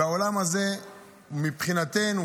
ומבחינתנו,